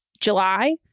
july